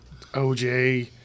OJ